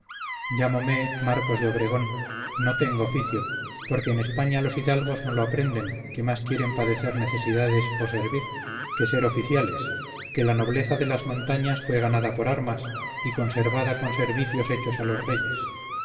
llamome marcos de obregón no tengo oficio porque en españa los hidalgos no lo aprenden que más quieren padecer necesidades o servir que ser oficiales que la nobleza de las montañas fue ganada por armas y conservada con servicios hechos a los reyes